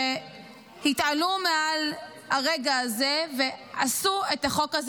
שהתעלו מעל הרגע הזה ועשו את החוק הזה